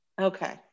Okay